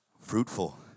fruitful